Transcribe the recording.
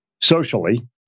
socially